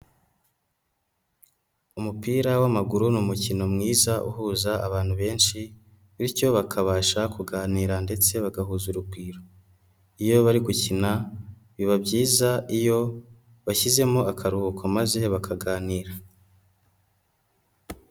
Umupira w'amaguru ni umukino mwiza uhuza abantu benshi bityo bakabasha kuganira ndetse bagahuza urugwiro, iyo bari gukina biba byiza iyo bashyizemo akaruhuko maze bakaganira.